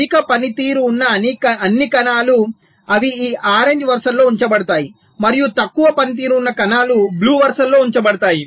అధిక పనితీరు ఉన్న అన్ని కణాలు అవి ఈ ఆరెంజ్ వరుసలలో ఉంచబడతాయి మరియు తక్కువ పనితీరు కణాలు బ్లూ వరుసలలో ఉంచబడతాయి